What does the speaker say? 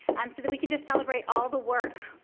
um so that we can just celebrate all the work,